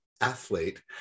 athlete